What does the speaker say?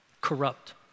Corrupt